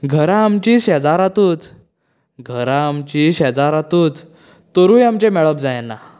घरां आमचीं शेजारातूंच घरां आमचीं शेजारातूंच तरूय आमचें मेळप जायना